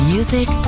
Music